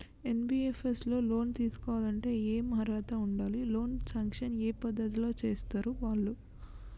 NBFS లో loan తీస్కోవాలంటే ఏం అర్హత ఉండాలి? లోన్ సాంక్షన్ ఏ పద్ధతి లో చేస్తరు వాళ్లు?